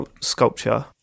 sculpture